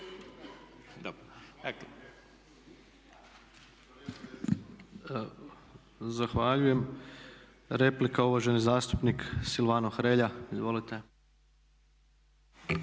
AS)** Zahvaljujem. Replika uvaženi zastupnik Silvano Hrelja. Izvolite.